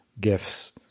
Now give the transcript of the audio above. gifts